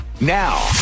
Now